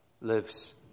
lives